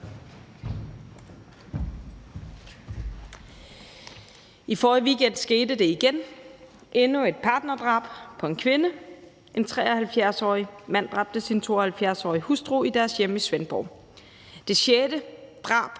I forrige weekend skete det igen – endnu et partnerdrab på en kvinde. En 73-årig mand dræbte sin 72-årige hustru i deres hjem i Svendborg. Det er det sjette drab